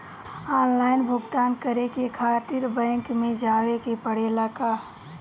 Online भुगतान करे के खातिर बैंक मे जवे के पड़ेला का?